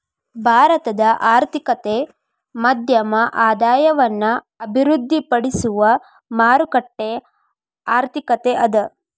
ಭಾರತದ ಆರ್ಥಿಕತೆ ಮಧ್ಯಮ ಆದಾಯವನ್ನ ಅಭಿವೃದ್ಧಿಪಡಿಸುವ ಮಾರುಕಟ್ಟೆ ಆರ್ಥಿಕತೆ ಅದ